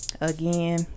Again